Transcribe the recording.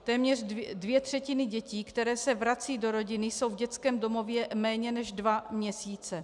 Téměř dvě třetiny dětí, které se vracejí do rodiny, jsou v dětském domově méně než dva měsíce.